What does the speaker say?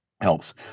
helps